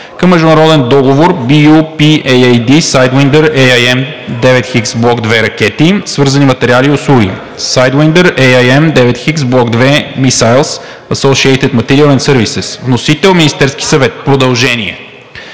към Международен договор (LOA) BU-P-AAD „Sidewinder AIM 9X Блок II ракети, свързани материали и услуги“ (Sidewinder AIM 9X Block II Missiles, associated material and services). Вносител – Министерският съвет, продължение.